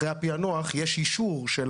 אחרי הפיענוח יש אישור של